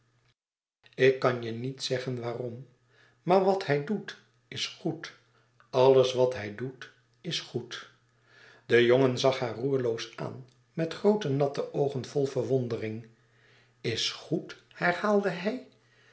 ik kan je niet zeggen waarom maar wat hij doet is goed alles wat hij doet is goed de jongen zag haar roerloos aan met groote natte oogen vol verwondering is goed herhaalde hij